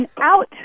out